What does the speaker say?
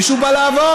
מישהו בא לעבוד.